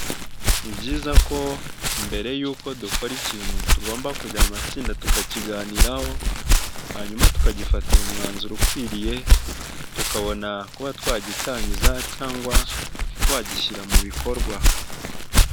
Ni byiza ko mbere yuko dukora ikintu, tugomba kujya mu matsinda tukakiganiraho, hanyuma tukagifatira umwanzuro ukwiriye, tukabona kuba twagitangiza cyangwa twagishyira mu bikorwa.